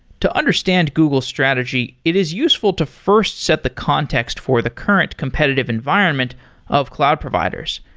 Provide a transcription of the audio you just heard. to understand google strategy, it is useful to first set the context for the current competitive environment of cloud providers.